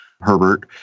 Herbert